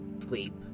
sleep